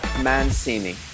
Mancini